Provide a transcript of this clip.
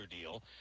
deal